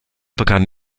begann